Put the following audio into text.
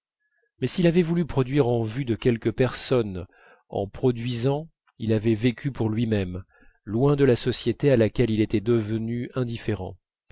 mais s'il avait voulu produire en vue de quelques personnes en produisant lui avait vécu pour lui-même loin de la société à laquelle il était indifférent